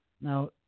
Now